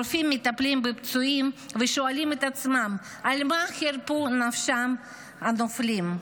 הרופאים מטפלים בפצועים ושואלים את עצמם: על מה חירפו נפשם הנופלים?